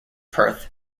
perth